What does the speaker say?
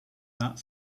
that